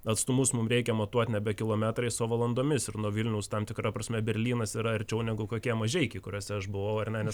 atstumus mum reikia matuot nebe kilometrais o valandomis ir nuo vilniaus tam tikra prasme berlynas yra arčiau negu kokie mažeikiai kuriuose aš buvau ar ne nes